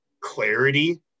clarity